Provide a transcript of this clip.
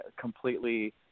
completely